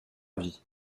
avis